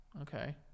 Okay